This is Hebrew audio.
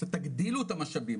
תגדילו את המשאבים,